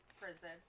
prison